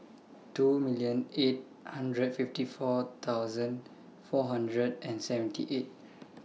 two million eight hundred fifty four thousand four hundred and seventy eight